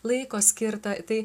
laiko skirta tai